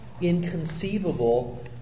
inconceivable